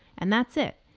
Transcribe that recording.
and that's it,